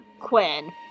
Quinn